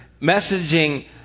messaging